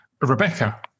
Rebecca